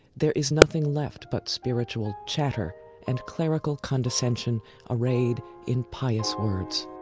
there is nothing left but spiritual chatter and clerical condescension arrayed in pious words.